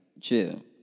chill